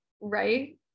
right